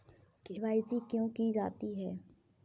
KYC क्यों की जाती है?